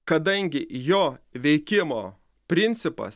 kadangi jo veikimo principas